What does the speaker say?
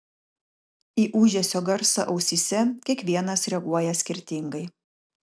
į ūžesio garsą ausyse kiekvienas reaguoja skirtingai